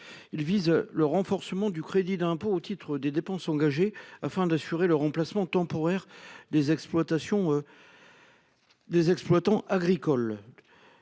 vise à renforcer le crédit d’impôt au titre des dépenses engagées afin d’assurer le remplacement temporaire des exploitants agricoles,